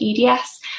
EDS